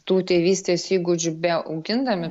tų tėvystės įgūdžių beaugindami